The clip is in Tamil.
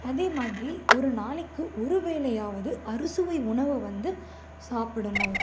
அதேமாதிரி ஒரு நாளைக்கு ஒரு வேளையாவது அறுசுவை உணவை வந்து சாப்பிடணும்